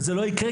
וזה לא יקרה,